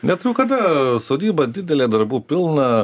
neturiu kada sodyba didelė darbų pilna